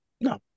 No